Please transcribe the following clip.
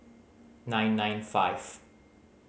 nine nine five